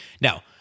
Now